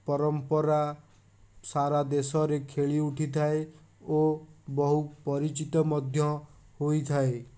ପରମ୍ପରା ସାରା ଦେଶରେ ଖେଳି ଉଠିଥାଏ ଓ ବହୁ ପରିଚିତ ମଧ୍ୟ ହୋଇଥାଏ